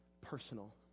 personal